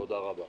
תודה רבה.